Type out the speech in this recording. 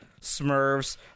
Smurfs